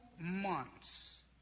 months